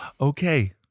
Okay